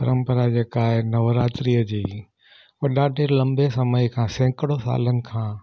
परंपरा जेका आहे नवरात्रीअ जी वॾा देरि लंबे समय खां सैकड़ो सालनि खां